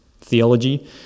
theology